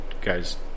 guys